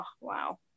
wow